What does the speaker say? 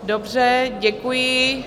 Dobře, děkuji.